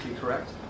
correct